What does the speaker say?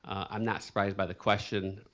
i'm not surprised by the question.